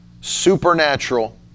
supernatural